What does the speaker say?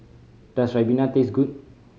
does ribena taste good